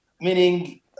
meaning